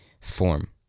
form